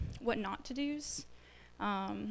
what-not-to-dos